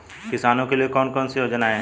किसानों के लिए कौन कौन सी योजनाएं हैं?